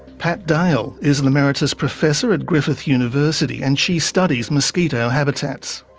pat dale is an emeritus professor at griffith university and she studies mosquito habitats.